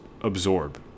absorb